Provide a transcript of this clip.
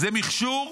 זה מכשור.